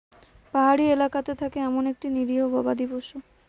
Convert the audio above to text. পাহাড়ি এলাকাতে থাকে এমন একটা নিরীহ গবাদি পশু